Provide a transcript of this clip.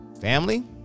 family